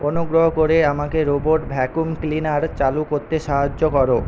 অনুগ্রহ করে আমাকে রোবোট ভ্যাক্যুম ক্লিনার চালু করতে সাহায্য করো